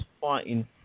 fighting